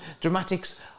dramatics